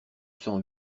sang